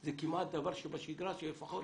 זה כמעט דבר שבשגרה כאשר